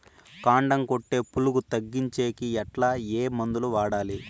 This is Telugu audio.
కాండం కొట్టే పులుగు తగ్గించేకి ఎట్లా? ఏ మందులు వాడాలి?